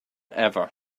ever